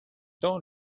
temps